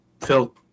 Phil